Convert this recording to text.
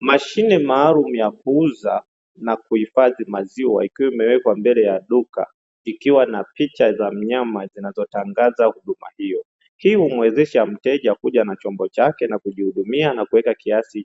Mashine maalumu ya kuuza na kuhifadhi maziwa ikiwa imewekwa mbele ya duka ikiwa na picha za mnyama zinazotangaza huduma, hii ikiwa umuwezesha mteja kuja na chombo chake na kujihudumia na kuweka kiasi